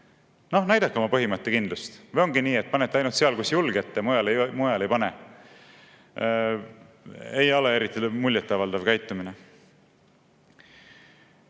Näidake oma põhimõttekindlust. Või ongi nii, et panete ainult seal, kus julgete, mujal ei pane? Ei ole eriti muljet avaldav käitumine.